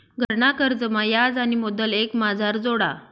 घरना कर्जमा याज आणि मुदल एकमाझार जोडा